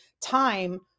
time